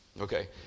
Okay